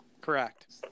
Correct